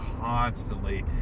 constantly